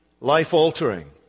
life-altering